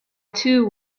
too